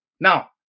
Now